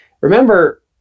Remember